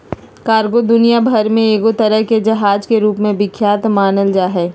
cargo दुनिया भर मे एगो तरह के जहाज के रूप मे विख्यात मानल जा हय